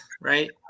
right